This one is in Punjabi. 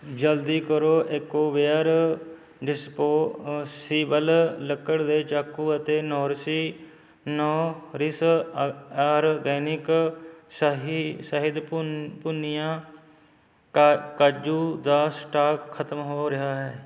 ਜਲਦੀ ਕਰੋ ਈਕੋਵੇਅਰ ਡਿਸਪੋਜਬਲ ਲੱਕੜ ਦੇ ਚਾਕੂ ਅਤੇ ਨੋਰਿਸੀ ਨੋਰਿਸ ਆ ਆਰਗੈਨਿਕ ਸ਼ਹਿ ਸ਼ਹਿਦ ਭੁੰਨ ਭੁੰਨਿਆ ਕਾ ਕਾਜੂ ਦਾ ਸਟਾਕ ਖਤਮ ਹੋ ਰਿਹਾ ਹੈ